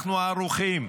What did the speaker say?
"אנחנו ערוכים"